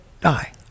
die